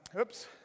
oops